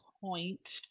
point